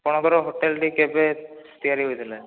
ଆପଣଙ୍କ ର ହୋଟେଲ୍ ଟି କେବେ ତିଆରି ହୋଇଥିଲା